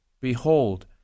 Behold